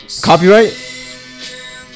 Copyright